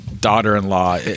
daughter-in-law